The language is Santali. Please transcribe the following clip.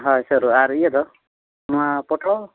ᱦᱚᱭ ᱥᱟᱹᱨᱩ ᱟᱨ ᱤᱭᱟᱹᱫᱚ ᱚᱱᱟ ᱯᱚᱴᱚᱞ